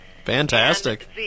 Fantastic